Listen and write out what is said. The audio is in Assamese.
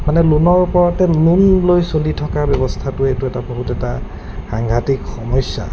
মানে লোনৰ ওপৰতে লোন লৈ চলি থকা ব্যৱস্থাটোৱে এইটো এটা বহুত এটা সাংঘাটিক সমস্যা